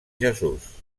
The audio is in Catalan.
jesús